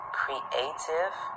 creative